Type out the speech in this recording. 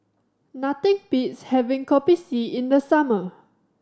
nothing beats having Kopi C in the summer